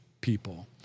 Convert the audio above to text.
people